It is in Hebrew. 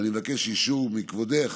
ואני מבקש אישור מכבודך